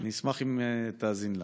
אשמח אם תאזין.